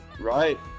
Right